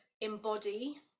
embody